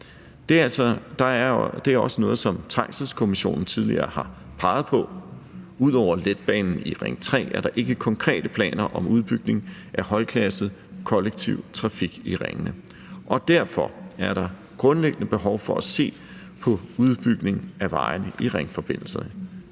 Det er også noget, som Trængselskommissionen tidligere har peget på, og udover letbanen i Ring 3, er der ikke konkrete planer om udbygning af højklasse kollektiv trafik i ringene. Derfor er der grundlæggende behov for at se på en udbygning af vejene i ringforbindelserne.